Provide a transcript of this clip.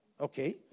Okay